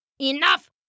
Enough